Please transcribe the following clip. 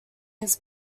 his